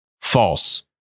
False